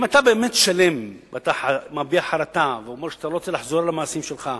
אם אתה באמת שלם ואתה מביע חרטה ואומר שאתה לא רוצה לחזור למעשים שלך,